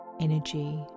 energy